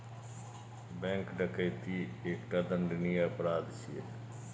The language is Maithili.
बैंक डकैती एकटा दंडनीय अपराध छियै